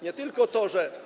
Nie tylko to, że.